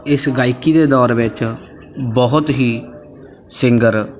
ਇਸ ਗਾਇਕੀ ਦੇ ਦੌਰ ਵਿੱਚ ਬਹੁਤ ਹੀ ਸਿੰਗਰ